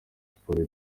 sports